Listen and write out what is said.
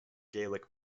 gaelic